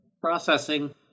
Processing